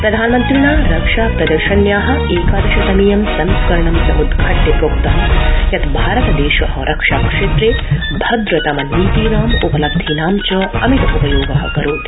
प्रधानमन्त्रिणा रक्षा प्रदर्शन्या एकादश तमीयं संस्करणं समुद्घाट्य प्रोक्तं यत् भारतदेश रक्षा क्षेत्रे भद्र नीतिनां उपलब्धीनां च अमितोपयोग करोति